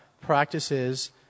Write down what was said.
practices